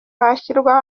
hashyirwaho